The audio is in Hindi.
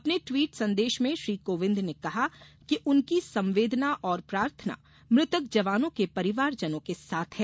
अपने टवीट संदेश में श्री कोविंद ने कहा कि उनकी संवेदना और प्रार्थना मृतक जवानों के परिवारजनों के साथ है